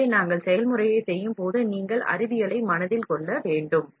எனவே நாம் செயல்முறையைச் செய்யும்போது நாம் அறிவியலை மனதில் கொள்ள வேண்டும்